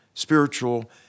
Spiritual